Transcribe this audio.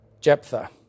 Jephthah